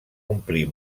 omplir